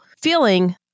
feeling